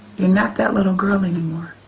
you're not that little girl anymore.